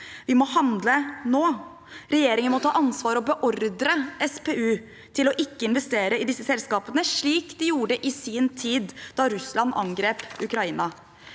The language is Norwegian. Vi må handle nå. Regjeringen må ta ansvar og beordre SPU til ikke å investere i disse selskapene, slik den gjorde i sin tid da Russland angrep Ukraina.